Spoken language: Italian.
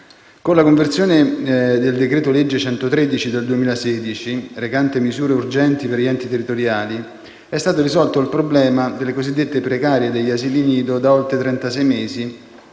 Con la conversione del decreto-legge n. 113 del 2016, recante misure urgenti per gli enti territoriali, è stato risolto il problema delle cosiddette precarie degli asili nido da oltre trentasei